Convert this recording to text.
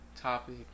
topic